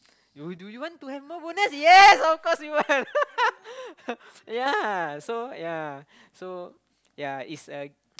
you do you want to have more bonus yes of course we want ya so ya so ya it's a